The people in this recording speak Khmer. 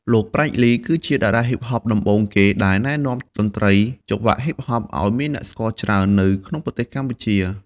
លោក ប្រាជ្ញ លី គឺជាតារាហុីបហបដំបូងគេដែលណែនាំតន្ត្រីចង្វាក់ហុីបហបអោយមានអ្នកស្គាល់ច្រើន នៅក្នុងប្រទេសកម្ពុជា។